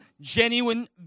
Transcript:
genuine